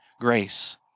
grace